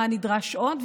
מה נדרש עוד.